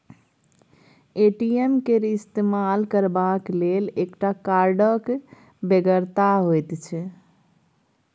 ATM केर इस्तेमाल करबाक लेल एकटा कार्डक बेगरता होइत छै